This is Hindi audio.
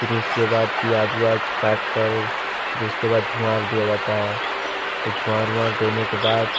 फिर उसके बाद प्याज़ वाज़ काटकर फिर उसके बाद धुँआर दिया जाता है तो धुँआर वाड़ देने के बाद